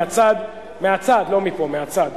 מהצד, מהצד, לא מפה, מהצד.